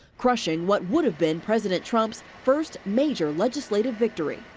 crushing what would have been president trump's first major legislative victory.